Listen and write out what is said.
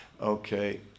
okay